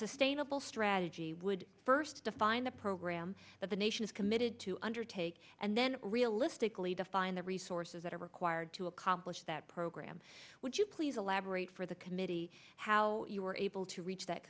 sustainable strategy would first define the program of a nation is committed to undertake and then realistically to find the resources that are required to accomplish that program would you please elaborate for the committee how you were able to reach that